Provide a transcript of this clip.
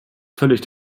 völlig